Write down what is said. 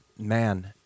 Man